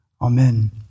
Amen